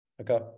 Okay